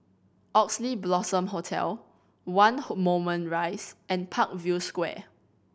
Oxley Blossom Hotel One Moulmein Rise and Parkview Square